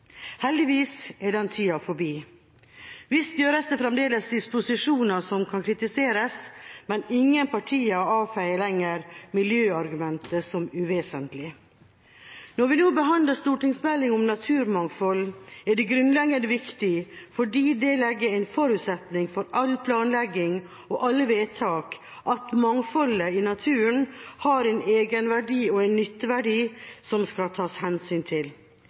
Heldigvis er den tida forbi. Visst gjøres det fremdeles disposisjoner som kan kritiseres, men ingen partier avfeier lenger miljøargumentet som uvesentlig. Når vi nå behandler stortingsmeldinga om naturmangfold, er det grunnleggende viktig, fordi det legger en forutsetning for i all planlegging og i alle vedtak, at mangfoldet i naturen har en egenverdi og en nytteverdi som skal tas hensyn til.